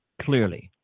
clearly